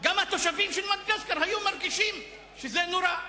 גם התושבים של מדגסקר היו מרגישים שזה נורא.